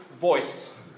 voice